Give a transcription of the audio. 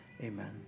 amen